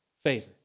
favor